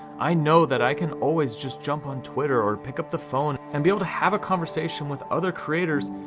i know that i can always just jump on twitter, or pick up the phone, and be able to have a conversation with other creators,